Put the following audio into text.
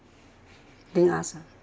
didn't ask